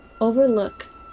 overlook